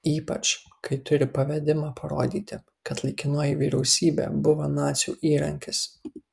ypač kai turi pavedimą parodyti kad laikinoji vyriausybė buvo nacių įrankis